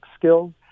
skills